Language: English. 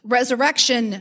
Resurrection